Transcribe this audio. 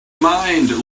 mind